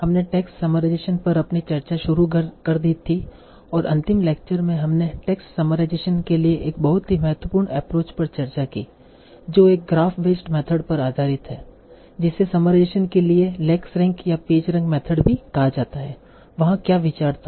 हमने text summarization पर अपनी चर्चा शुरू कर दी थी और अंतिम लेक्चर में हमने टेक्स्ट समराइजेशन के लिए एक बहुत ही महत्वपूर्ण एप्रोच पर चर्चा की जो एक ग्राफ बेस्ड मेथड पर आधारित है जिसे समराइजेशन के लिए लेक्सरैंक या पेज रैंक मेथड भी कहा जाता है वहाँ क्या विचार था